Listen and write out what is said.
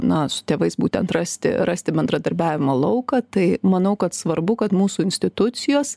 na su tėvais būtent rasti rasti bendradarbiavimo lauką tai manau kad svarbu kad mūsų institucijos